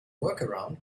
workaround